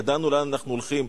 ידענו לאן אנחנו הולכים.